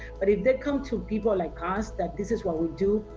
but if they come to people like us, that this is what we do,